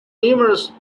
numerous